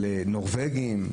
על נורבגים,